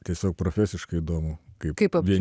tiesiog profesiškai įdomu kaip kaip apie